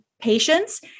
patients